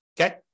Okay